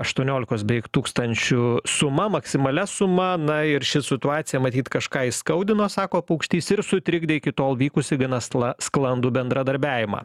aštuoniolikos beik tūkstančių suma maksimalia suma na ir ši situacija matyt kažką įskaudino sako paukštys ir sutrikdė iki tol vykusį gana sla sklandų bendradarbiavimą